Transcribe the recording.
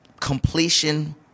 completion